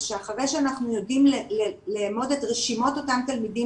שאחרי שאנחנו יודעים לאמוד את רשימות אותם תלמידים